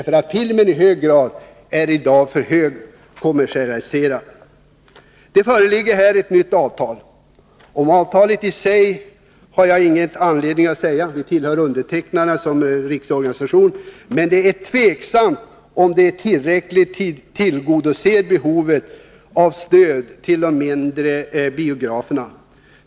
Filmen är i dag i alltför hög grad kommersialiserad. Det föreligger här ett nytt avtal. Om avtalet i sig har jag ingen anledning att säga något — det ankommer på undertecknarna som företrädare för riksorganisationen. Men det är tveksamt om avtalet i tillräcklig utsträckning tillgodoser behovet av stöd till de mindre biograferna.